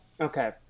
Okay